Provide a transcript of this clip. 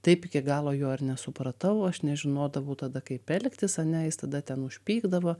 taip iki galo jo ir nesupratau aš nežinodavau tada kaip elgtis ane is tada ten užpykdavo